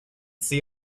see